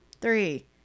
Three